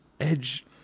Edge